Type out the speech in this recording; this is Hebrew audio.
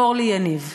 אורלי יניב.